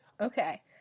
Okay